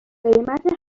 قیمت